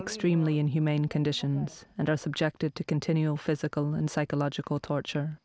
extremely inhumane conditions and are subjected to continual physical and psychological torture